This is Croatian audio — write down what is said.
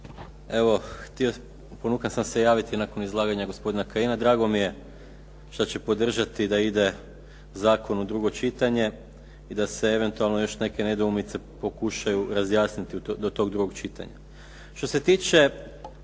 Evo, ponukan sam se javiti nakon izlaganja gospodina Kajina. Drago mi je što će podržati da ide zakon u drugo čitanje i da se eventualno još neke nedoumice pokušaju razjasniti do tog drugog čitanja.